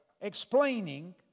explaining